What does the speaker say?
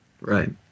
Right